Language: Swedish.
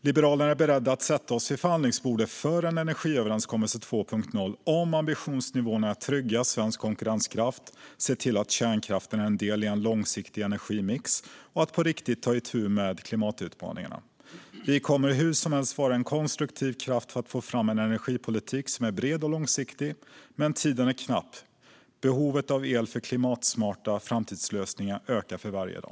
Liberalerna är beredda att sätta sig vid förhandlingsbordet för en energiöverenskommelse 2.0 om ambitionsnivån är att trygga svensk konkurrenskraft, se till att kärnkraften är en del i en långsiktig energimix och på riktigt ta itu med klimatutmaningarna. Vi kommer hur som helst att vara en konstruktiv kraft för att få fram en energipolitik som är bred och långsiktig. Men tiden är knapp, och behovet av el för klimatsmarta framtidslösningar ökar för varje dag.